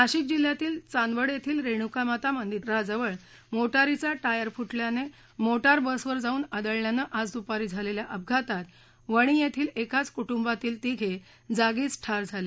नाशिक जिल्ह्यातील चाद्विड येथील रेणूकामाता मध्रिशजवळ मोटारीचा टायर फुटल्याने मोटार बसवर जाऊन आदळल्यानं आज द्पारी झालेल्या अपघातात वणी येथील एकाच कुटूक्क्तील तिघे जागीच ठार झाले